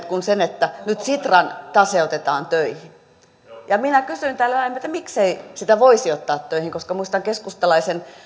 kuin sen että nyt sitran tase otetaan töihin minä kysyin täällä että miksei sitä voisi ottaa töihin koska muistan keskustalaisen